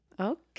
Okay